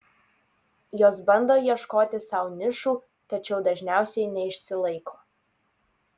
jos bando ieškoti sau nišų tačiau dažniausiai neišsilaiko